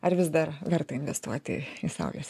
ar vis dar verta investuoti į saulės